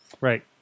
Right